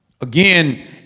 Again